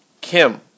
Kim